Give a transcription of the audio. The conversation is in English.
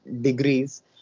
degrees